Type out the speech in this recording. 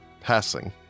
passing